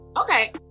Okay